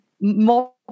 more